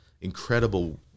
incredible